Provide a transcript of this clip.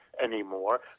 anymore